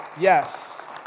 Yes